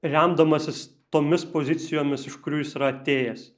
remdamasis tomis pozicijomis iš kurių jis yra atėjęs